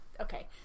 okay